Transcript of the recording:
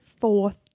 fourth